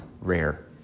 rare